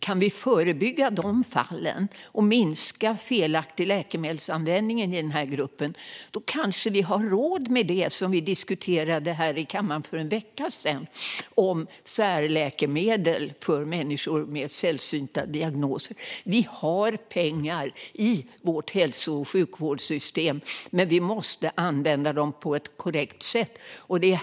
Kan vi förebygga de fallen och minska felaktig läkemedelsanvändning i gruppen kanske vi har råd med det som vi diskuterade här i kammaren för en vecka sedan, nämligen särläkemedel för människor med sällsynta diagnoser. Vi har pengar i vårt hälso och sjukvårdsystem, men vi måste använda dem på ett korrekt sätt.